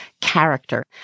character